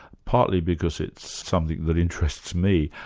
partly because it's something that interests me,